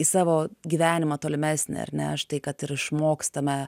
į savo gyvenimą tolimesnį ar ne štai kad ir išmokstame